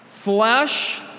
flesh